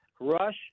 Rush